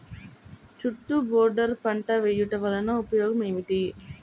చుట్టూ బోర్డర్ పంట వేయుట వలన ఉపయోగం ఏమిటి?